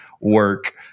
work